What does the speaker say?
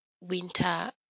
winter